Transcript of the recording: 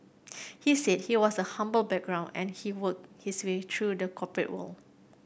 he said he was a humble background and he worked his way through the corporate world